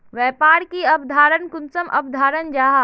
व्यापार की अवधारण कुंसम अवधारण जाहा?